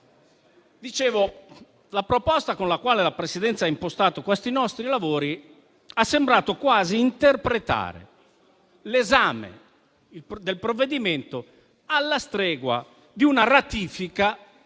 la proposta con la quale la Presidenza ha impostato questi nostri lavori è sembrata quasi interpretare l'esame del provvedimento alla stregua di una ratifica